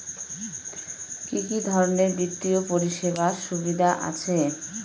কি কি ধরনের বিত্তীয় পরিষেবার সুবিধা আছে?